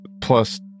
plus